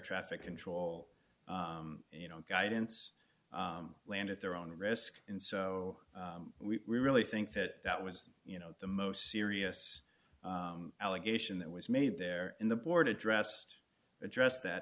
traffic control you know guidance land at their own risk and so we really think that that was you know the most serious allegation that was made there in the board addressed address that